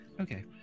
Okay